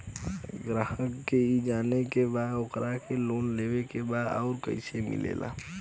ग्राहक के ई जाने के बा की ओकरा के लोन लेवे के बा ऊ कैसे मिलेला?